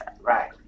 Right